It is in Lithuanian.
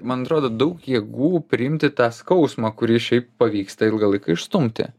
man atrodo daug jėgų priimti tą skausmą kurį šiaip pavyksta ilgą laiką išstumti